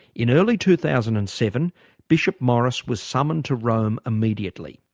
in early two thousand and seven bishop morris was summoned to rome immediately.